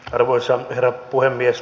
arvoisa herra puhemies